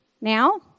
now